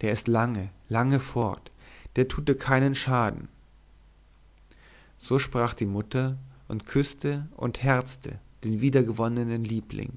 der ist lange lange fort der tut dir keinen schaden so sprach die mutter und küßte und herzte den wiedergewonnenen liebling